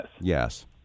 Yes